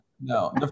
no